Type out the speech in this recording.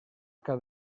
cada